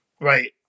right